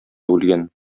үлгән